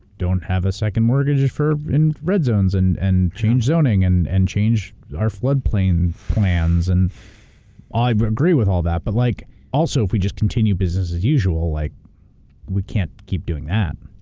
don't have a second mortgage in red zones, and and change zoning, and and change our flood plain plans, and i but agree with all that, but like also, if we just continue business as usual, like we can't keep doing that.